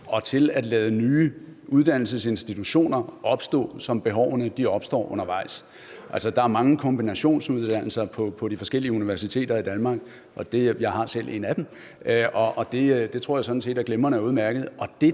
og til at lade nye uddannelsesinstitutioner opstå, som behovene opstår undervejs. Der er jo mange kombinationsuddannelser på de forskellige universiteter i Danmark – jeg har selv en af dem – og det tror jeg sådan set er glimrende og udmærket.